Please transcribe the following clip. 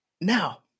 Now